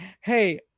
hey